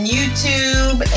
YouTube